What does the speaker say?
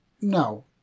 No